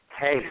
hey